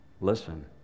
listen